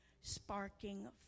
sparking